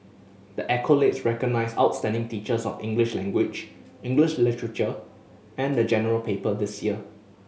the accolade recognise outstanding teachers of English language English literature and the General Paper this year